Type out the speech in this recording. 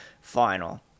final